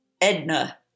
Edna